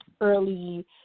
early